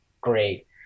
great